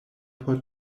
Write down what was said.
por